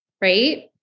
right